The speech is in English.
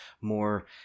more